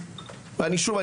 ושוב,